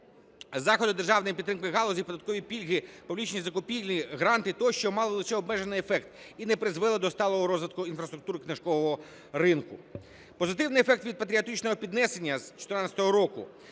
Заходи державної підтримки галузі, податкові пільги, публічні закупівлі, гранти тощо мали лише обмежений ефект і не призвели до сталого розвитку інфраструктури книжкового ринку. Позитивний ефект від патріотичного піднесення з 14-го року,